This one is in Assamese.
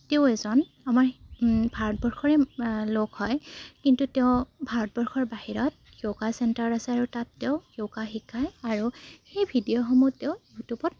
তেওঁ এজন আমাৰ ভাৰতবৰ্ষৰে লোক হয় কিন্তু তেওঁ ভাৰতবৰ্ষৰ বাহিৰত যৌগা চেণ্টাৰ আছে আৰু তাত তেওঁ য়োগা শিকায় আৰু সেই ভিডিঅ'সমূহ তেওঁ ইউটিউবত